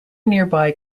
nearby